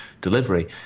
delivery